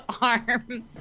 arm